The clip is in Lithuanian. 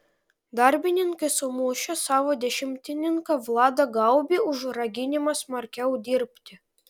darbininkai sumušė savo dešimtininką vladą gaubį už raginimą smarkiau dirbti